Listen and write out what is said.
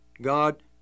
God